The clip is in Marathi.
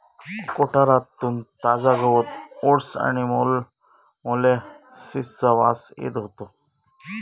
कोठारातून ताजा गवत ओट्स आणि मोलॅसिसचा वास येत होतो